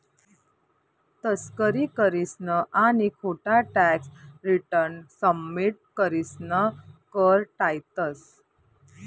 तस्करी करीसन आणि खोटा टॅक्स रिटर्न सबमिट करीसन कर टायतंस